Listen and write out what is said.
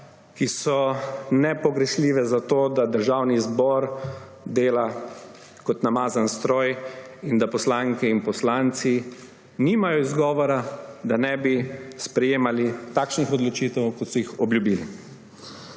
ki so nepogrešljive za to, da Državni zbor dela kot namazan stroj in da poslanke in poslanci nimajo izgovora, da ne bi sprejemali takšnih odločitev, kot so jih obljubili.